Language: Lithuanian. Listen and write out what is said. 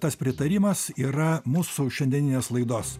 tas pritarimas yra mūsų šiandieninės laidos